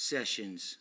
Sessions